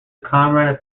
comrade